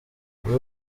uyu